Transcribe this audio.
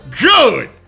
Good